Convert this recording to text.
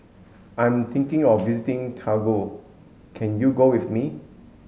I'm thinking of visiting Togo can you go with me